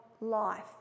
life